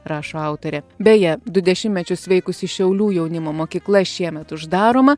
rašo autorė beje du dešimtmečius veikusi šiaulių jaunimo mokykla šiemet uždaroma